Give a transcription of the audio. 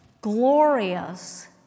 glorious